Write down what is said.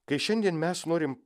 kai šiandien mes norim